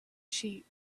sheep